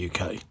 UK